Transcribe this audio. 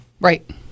Right